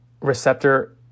receptor